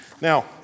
Now